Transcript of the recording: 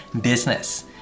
business